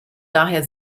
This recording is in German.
daher